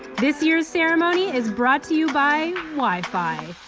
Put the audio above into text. this year's ceremony is brought to you by wi-fi.